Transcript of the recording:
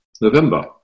November